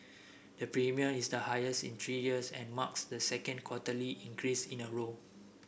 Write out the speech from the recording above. the premium is the highest in three years and marks the second quarterly increase in a row